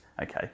Okay